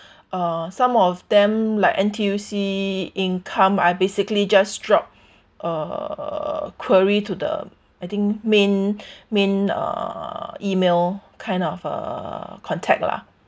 uh some of them like N_T_U_C income I basically just drop uh query to the I think main main uh email kind of uh contact lah